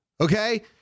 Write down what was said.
Okay